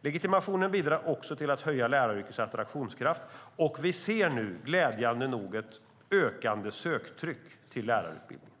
Legitimationen bidrar också till att höja läraryrkets attraktionskraft, och vi ser nu, glädjande nog, ett ökande söktryck till lärarutbildningen.